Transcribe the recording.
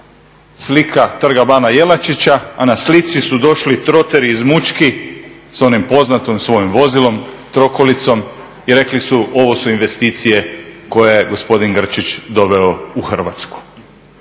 slika Trga bana Jelačića, a na slici su došli Trotteri iz Mućki sa onim svojim poznatim vozilom trokolicom i rekli su, ovo su investicije koje je gospodin Grčić doveo u Hrvatsku.